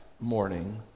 morning